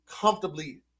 comfortably